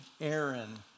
Aaron